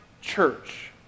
church